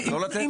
לא לתת?